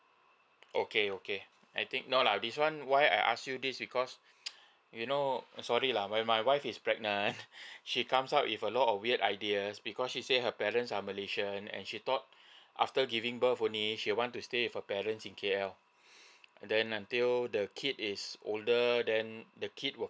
okay okay I think no lah this one why I ask you this because you know sorry lah when my wife is pregnant she comes out with a lot of weird ideas because she says her parents are malaysian and she thought after giving birth only she wants to stay with her parent in K_L then until the kid is older then the kid will